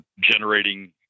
generating